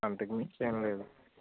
అంతకుమించి ఏమి లేదు